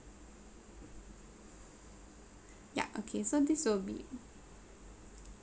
ya okay so this will be